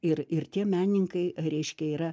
ir ir tie menininkai reiškia yra